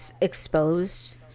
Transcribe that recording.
exposed